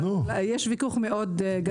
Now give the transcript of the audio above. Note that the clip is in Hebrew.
אבל יש וויכוח מאוד גדול.